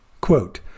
quote